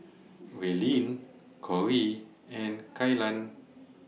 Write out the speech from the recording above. Raelynn Cori and Kaylan